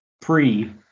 pre